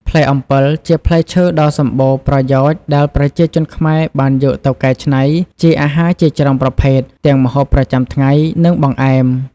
ផ្លែអំពិល ជាផ្លែឈើដ៏សម្បូរប្រយោជន៍ដែលប្រជាជនខ្មែរបានយកទៅកែច្នៃជាអាហារជាច្រើនប្រភេទ ទាំងម្ហូបប្រចាំថ្ងៃ និងបង្អែម។